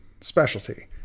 specialty